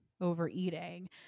overeating